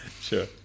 Sure